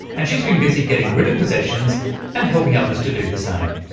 and she's been busy getting rid of possessions and helping others to do the same.